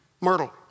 Myrtle